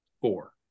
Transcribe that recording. four